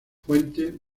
fuente